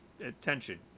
attention